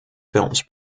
films